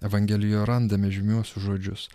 evangelijoje randame žymiuosius žodžius